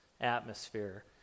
atmosphere